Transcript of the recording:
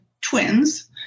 twins